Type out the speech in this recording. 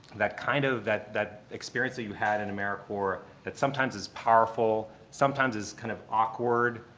that kind of, that that experience that you had in americorps that sometimes is powerful, sometimes is kind of awkward,